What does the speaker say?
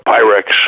Pyrex